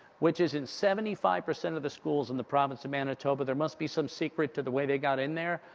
which is in seventy five percent of the schools in the province of manitoba, there must be some secret to the way they got in there,